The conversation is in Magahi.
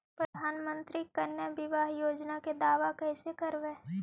प्रधानमंत्री कन्या बिबाह योजना के दाबा कैसे करबै?